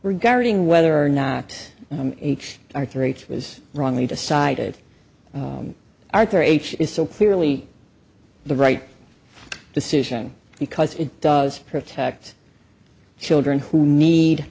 regarding whether or not h r three was wrongly decided arthur age is so clearly the right decision because it does protect children who need